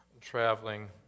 traveling